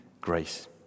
Grace